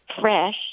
fresh